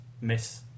miss